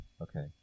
Okay